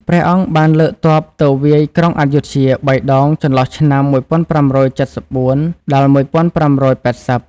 ព្រះអង្គបានលើកទ័ពទៅវាយក្រុងអយុធ្យា ៣ ដងចន្លោះឆ្នាំ ១៥៧៤-១៥៨០ ។